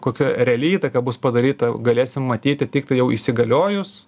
kokia reali įtaka bus padaryta galėsim matyti tiktai jau įsigaliojus